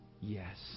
Yes